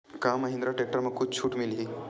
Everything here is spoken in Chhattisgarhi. का महिंद्रा टेक्टर म कुछु छुट मिलही?